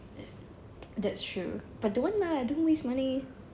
uh that's true but don't lah don't waste money